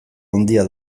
handia